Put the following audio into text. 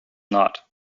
not